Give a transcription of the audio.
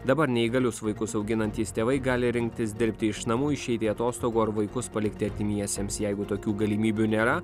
dabar neįgalius vaikus auginantys tėvai gali rinktis dirbti iš namų išeiti atostogų ar vaikus palikti artimiesiems jeigu tokių galimybių nėra